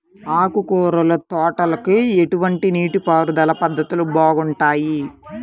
ఆకుకూరల తోటలకి ఎటువంటి నీటిపారుదల పద్ధతులు బాగుంటాయ్?